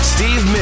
Steve